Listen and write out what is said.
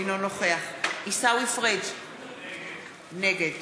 אינו נוכח עיסאווי פריג' נגד